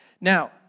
Now